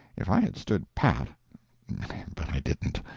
if i had stood pat but i didn't.